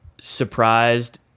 surprised